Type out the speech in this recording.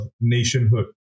nationhood